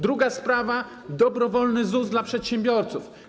Druga sprawa to dobrowolny ZUS dla przedsiębiorców.